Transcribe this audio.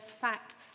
facts